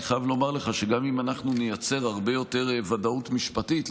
אני חייב לומר לך גם שאם אנחנו נייצר הרבה יותר ודאות משפטית,